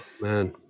man